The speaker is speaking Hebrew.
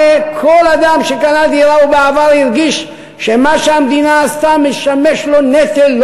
הרי כל אדם שקנה דירה או בעבר הרגיש שמה שהמדינה עשתה משמש לו נטל,